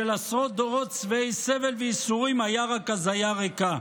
של עשרות דורות שבעי סבל וייסורים היה רק הזיה ריקה".